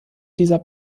dieser